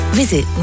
visit